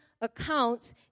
accounts